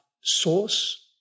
source